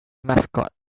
mascot